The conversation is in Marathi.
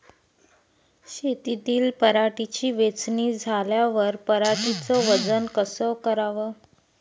शेतातील पराटीची वेचनी झाल्यावर पराटीचं वजन कस कराव?